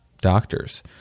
doctors